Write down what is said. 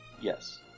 Yes